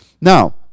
Now